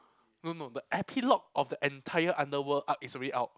no no the epilogue of the entire underworld arc is already out